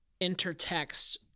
intertext